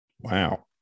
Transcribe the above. Wow